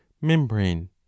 membrane